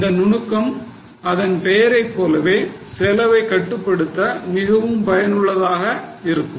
இந்த நுணுக்கம் அதன் பெயரைப்போல செலவை கட்டுப்படுத்த மிகவும் பயனுள்ளதாக இருக்கும்